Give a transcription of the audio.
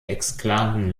exklaven